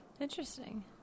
Interesting